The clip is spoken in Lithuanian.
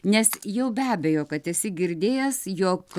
nes jau be abejo kad esi girdėjęs jog